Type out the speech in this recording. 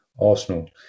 Arsenal